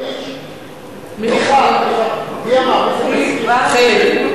מי אמר, איזה מזכיר?